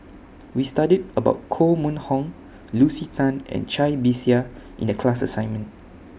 We studied about Koh Mun Hong Lucy Tan and Cai Bixia in The class assignment